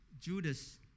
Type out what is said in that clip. Judas